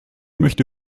möchte